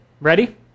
Ready